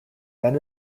ben